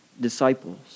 disciples